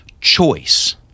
choice